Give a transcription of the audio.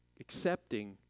accepting